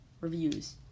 reviews